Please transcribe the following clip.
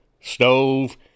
stove